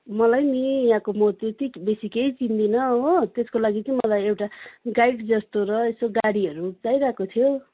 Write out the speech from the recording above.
मलाई नि यहाँको म त्यति बेसी केही चिन्दिनँ हो त्यसको लागि चाहिँ मलाई एउटा गाइड जस्तो र यसो गाडीहरू चाहिरहेको थियो